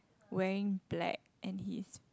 wearing black and he's